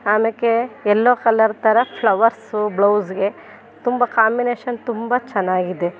ಆಮೇಲೆ ಎಲ್ಲೋ ಕಲ್ಲರ್ ಥರ ಫ್ಲವರ್ಸು ಬ್ಲೌಸ್ಗೆ ತುಂಬ ಕಾಂಬಿನೇಶನ್ ತುಂಬ ಚೆನ್ನಾಗಿದೆ